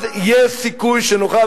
אז יש סיכוי שנוכל,